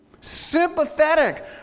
sympathetic